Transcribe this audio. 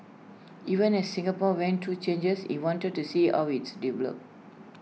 even as Singapore went through changes he wanted to see how its developed